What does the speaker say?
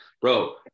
bro